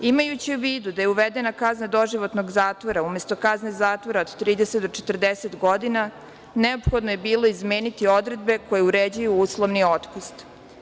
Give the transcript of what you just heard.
Imajući u vidu da je uvedena kazna doživotnog zatvora umesto kazne zatvora od 30 do 40 godina, neophodno je bilo izmeniti odredbe koje uređuju uslovni otpust.